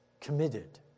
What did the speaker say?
committed